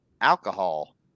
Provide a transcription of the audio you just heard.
alcohol